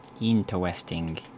interesting